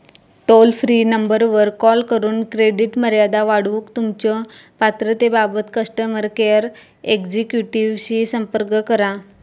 toll free नंबरवर call करून credit मर्यादा वाढवूक तुमच्यो पात्रतेबाबत कस्टमर केअर एक्झिक्युटिव्हशी संपर्क करा